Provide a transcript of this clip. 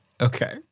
Okay